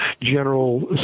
general